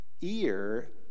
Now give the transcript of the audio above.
ear